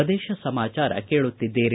ಪ್ರದೇಶ ಸಮಾಚಾರ ಕೇಳುತ್ತಿದ್ದೀರಿ